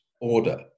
order